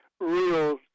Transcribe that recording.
real